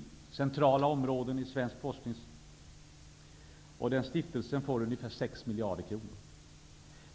Det är centrala områden i svensk forskning. Denna stiftelse föreslås få ungefär 6